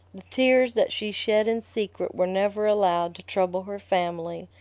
the tears that she shed in secret were never allowed to trouble her family,